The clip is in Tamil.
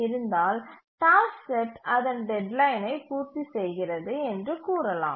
இருந்தால் டாஸ்க் செட் அதன் டெட்லைனை பூர்த்தி செய்கிறது என்று கூறலாம்